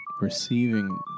receiving